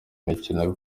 mikino